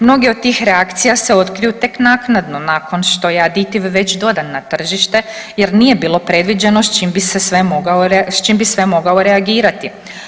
Mnoge od tih reakcija se otkriju tek naknadno nakon što je aditiv već dodan na tržište jer nije bilo predviđeno s čim bi sve mogao reagirati.